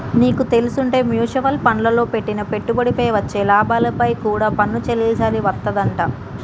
నీకు తెల్సుంటే మ్యూచవల్ ఫండ్లల్లో పెట్టిన పెట్టుబడిపై వచ్చే లాభాలపై కూడా పన్ను చెల్లించాల్సి వత్తదంట